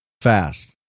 fast